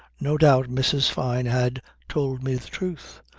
no doubt mrs. fyne had told me the truth,